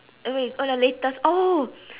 uh wait oh the latest oh